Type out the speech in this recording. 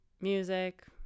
music